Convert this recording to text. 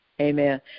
Amen